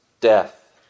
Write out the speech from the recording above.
death